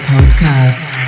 Podcast